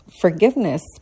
forgiveness